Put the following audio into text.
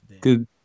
good